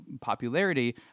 popularity